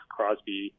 Crosby